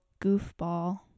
goofball